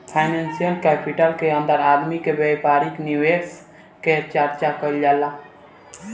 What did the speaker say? financial capital के अंदर आदमी के व्यापारिक निवेश के चर्चा कईल जाला